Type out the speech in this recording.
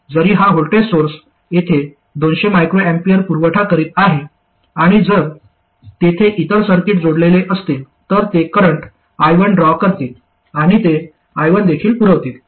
जरी हा voltage source येथे 200 µA पुरवठा करीत आहे आणि जर तेथे इतर सर्किट जोडलेले असतील तर ते करंट I1 ड्रॉ करतील आणि ते I1 देखील पुरवितील